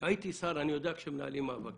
הייתי שר, אני יודע איך מנהלים מאבקים.